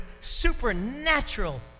supernatural